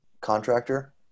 contractor